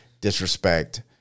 disrespect